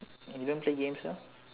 and you don't play games now